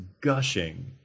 gushing